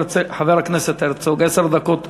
חבר הכנסת הרצוג, עשר דקות לרשותך.